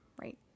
right